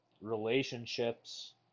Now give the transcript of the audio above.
relationships